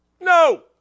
No